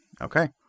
Okay